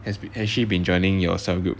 has she been joining your cell group